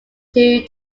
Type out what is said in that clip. two